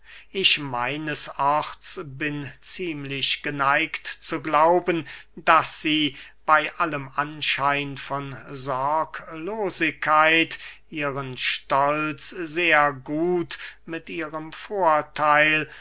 ich meines orts bin ziemlich geneigt zu glauben daß sie bey allem anschein von sorglosigkeit ihren stolz sehr gut mit ihrem vortheil